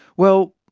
well,